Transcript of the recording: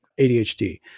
ADHD